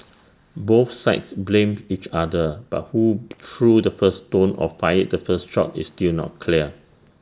both sides blamed each other but who threw the first stone or fired the first shot is still not clear